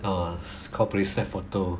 ah call police snap photo